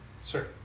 Sir